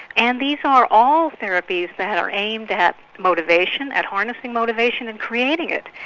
and these are all therapies that are aimed at motivation, at harnessing motivation and creating it.